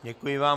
Děkuji vám.